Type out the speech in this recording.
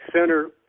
Center